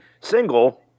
single